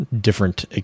different